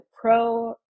Pro